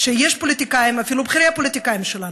שיש פוליטיקאים, אפילו בכירי הפוליטיקאים שלנו,